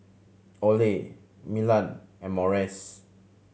Olay Milan and Morries